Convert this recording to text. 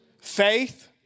faith